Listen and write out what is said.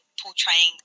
portraying